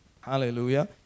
Hallelujah